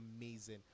amazing